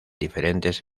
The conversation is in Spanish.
diferentes